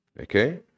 Okay